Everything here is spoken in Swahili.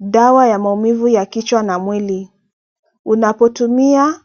Dawa ya maumivu ya kichwa na mwili ,unapotumia